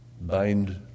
Bind